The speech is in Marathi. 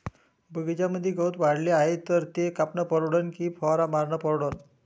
बगीच्यामंदी गवत वाढले हाये तर ते कापनं परवडन की फवारा मारनं परवडन?